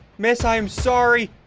miss. i am sorry